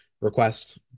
request